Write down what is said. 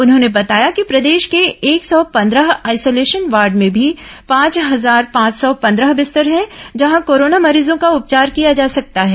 उन्होंने बताया कि प्रदेश के एक सौ पंद्रह आइसोलेशन वार्ड में भी पांच हजार पांच सौ पंद्रह बिस्तर हैं जहां कोरोना मरीजों का उपचार किया जा सकता है